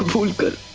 all good?